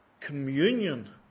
communion